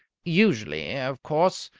usually, of course,